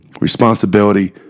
responsibility